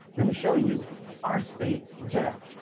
let me show you our state gem.